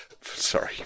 sorry